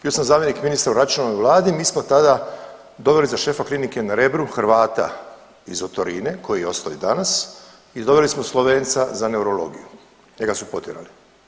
Bio sam zamjenik ministra u Račanovoj Vladi mi smo tada doveli za šefa klinike na Rebru Hrvata iz otorine koji je ostao i danas i doveli smo Slovenca za neurologiju, njega su potjerali.